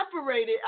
separated